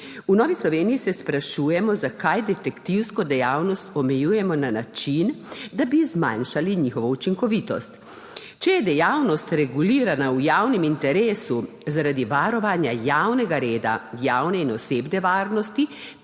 V Novi Sloveniji se sprašujemo, zakaj detektivsko dejavnost omejujemo na način, da bi zmanjšali njihovo učinkovitost. Če je dejavnost regulirana v javnem interesu, zaradi varovanja javnega reda, javne in osebne varnosti